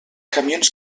camions